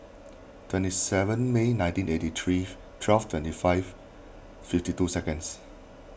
twenty seven May nineteen eighty three twelve twenty five fifty two seconds